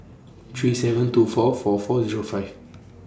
three seven two four four four Zero five